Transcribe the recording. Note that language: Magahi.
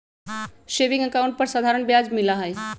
सेविंग अकाउंट पर साधारण ब्याज मिला हई